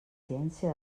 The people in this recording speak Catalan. ciència